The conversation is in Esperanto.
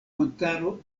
montaro